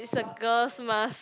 is the girl's mask